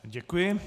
Děkuji.